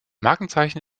markenzeichen